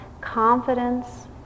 confidence